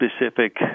specific